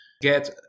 get